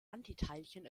antiteilchen